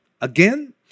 Again